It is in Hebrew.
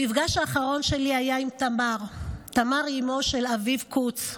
המפגש האחרון שלי היה עם תמר, אימו של אביב קוץ.